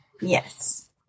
Yes